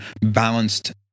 balanced